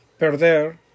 Perder